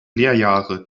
lekrjahre